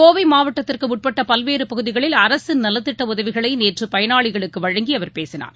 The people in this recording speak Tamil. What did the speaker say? கோவைமாவட்டத்திற்குஉட்பட்டபல்வேறுபகுதிகளில் அரசின் நலத்திட்டஉதவிகளைநேற்றுபயனாளிகளுக்குவழங்கிஅவர் பேசினார்